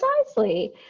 Precisely